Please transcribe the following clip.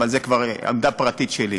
אבל זו כבר עמדה פרטית שלי.